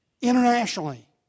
internationally